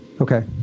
Okay